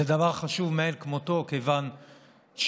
זה דבר חשוב מאין כמותו, כיוון שהמצלמות